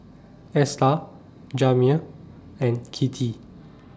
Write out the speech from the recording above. Esta Jamir and Kittie